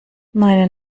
meine